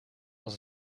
als